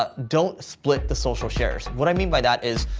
ah don't split the social shares. what i mean by that is,